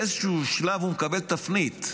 ובאיזשהו שלב הוא מקבל תפנית.